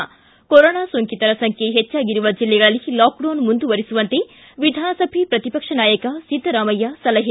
ಿ ಕೊರೊನಾ ಸೋಂಕಿತರ ಸಂಖ್ಯೆ ಹೆಚ್ಚಾಗಿರುವ ಜಿಲ್ಲೆಗಳಲ್ಲಿ ಲಾಕ್ಡೌನ್ ಮುಂದುವರಿಸುವಂತೆ ವಿಧಾನಸಭೆಯ ಪ್ರತಿಪಕ್ಷ ನಾಯಕ ಸಿದ್ದರಾಮಯ್ಯ ಸಲಹೆ